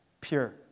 pure